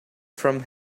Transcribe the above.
from